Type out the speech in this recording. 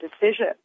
decision